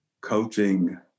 coaching